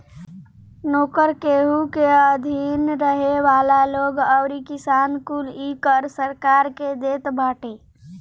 नोकर, केहू के अधीन रहे वाला लोग अउरी किसान कुल इ कर सरकार के देत बाटे